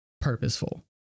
purposeful